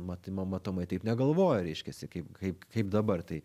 matymo matomai taip negalvojo reiškiasi kaip kaip kaip dabar tai